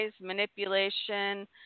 manipulation